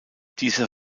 dieser